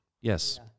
Yes